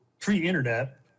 pre-internet